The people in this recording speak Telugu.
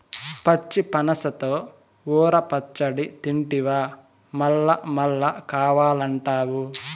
పచ్చి పనసతో ఊర పచ్చడి తింటివా మల్లమల్లా కావాలంటావు